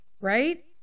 right